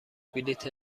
بلیت